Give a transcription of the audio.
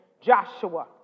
Joshua